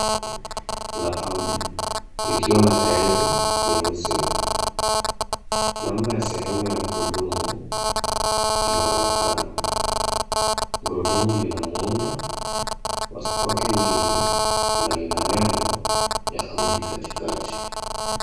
Gari la Audi, likiwa na tairi nyeusi. Namba ya sehemu ya gurudumu inaonekana. Gurudumu lina muundo wa spoke nyingi, na lina nebo ya Audi katikati.